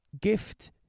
gift